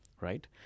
right